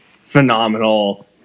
phenomenal